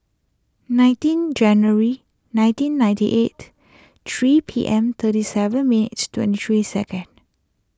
nineteen January nineteen ninety eight three P M thirty seven minutes twenty three second